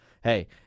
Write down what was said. hey